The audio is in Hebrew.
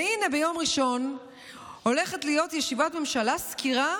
והינה, ביום ראשון הולכת להיות ישיבת ממשלה, סקירה